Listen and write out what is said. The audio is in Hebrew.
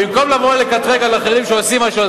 במקום לבוא ולקטרג על אחרים תגיש